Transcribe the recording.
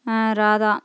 ஆ Radha